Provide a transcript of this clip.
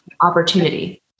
Opportunity